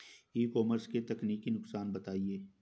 ई commerce के तकनीकी नुकसान बताएं?